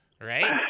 right